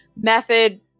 method